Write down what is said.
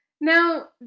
Now